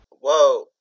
whoa